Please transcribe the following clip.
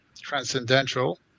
transcendental